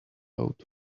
about